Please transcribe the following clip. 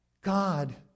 God